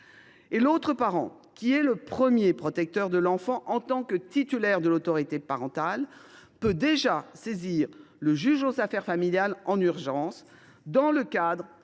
à l’autre parent, qui est le premier protecteur de l’enfant en tant que titulaire de l’autorité parentale, il peut déjà saisir le juge aux affaires familiales en urgence, dans le cadre